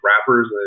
rappers